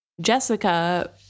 Jessica